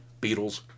Beatles